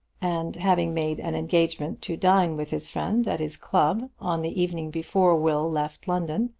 and having made an engagement to dine with his friend at his club on the evening before will left london,